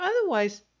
otherwise —